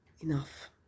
enough